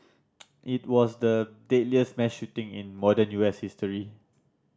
it was the deadliest mass shooting in modern U S history